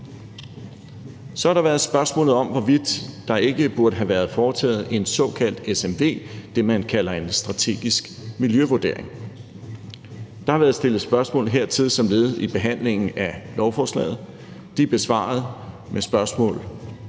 Så har der været spørgsmål om, hvorvidt der ikke burde have været foretaget en såkaldt SMV – det, man kalder en strategisk miljøvurdering. Der har været stillet spørgsmål hertil som led i behandlingen af lovforslaget. De er besvaret i svar på